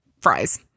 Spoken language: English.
fries